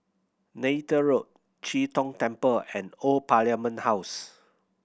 Neythal Road Chee Tong Temple and Old Parliament House